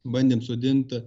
bandėm sodint